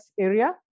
area